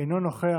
אינו נוכח.